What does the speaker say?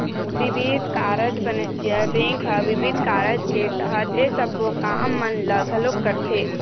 बिबिध कारज बानिज्य बेंक ह बिबिध कारज के तहत ये सबो काम मन ल घलोक करथे